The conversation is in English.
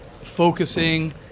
focusing